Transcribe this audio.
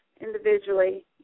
individually